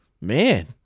Man